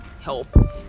help